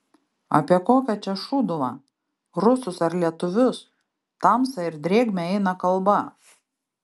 apie kokią čia šūduvą rusus ar lietuvius tamsą ir drėgmę eina kalba